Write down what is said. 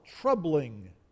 troubling